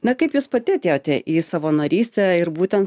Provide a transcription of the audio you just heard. na kaip jūs pati atėjote į savanorystę ir būtent